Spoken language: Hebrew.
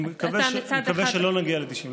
אני מקווה שלא נגיע ל-90.